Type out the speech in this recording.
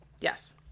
Yes